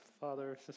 Father